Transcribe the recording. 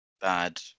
bad